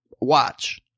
watch